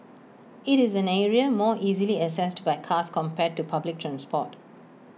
IT is an area more easily accessed by cars compared to public transport